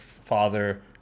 father